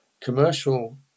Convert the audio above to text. commercial